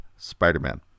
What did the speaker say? Spider-Man